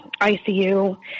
ICU